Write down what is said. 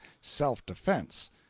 self-defense